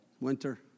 winter